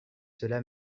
celà